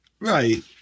Right